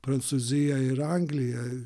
prancūzija ir anglija